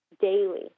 daily